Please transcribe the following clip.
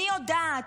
אני יודעת,